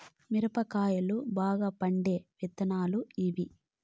మిరప కాయలు బాగా పండే విత్తనాలు ఏవి